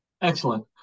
Excellent